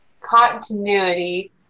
continuity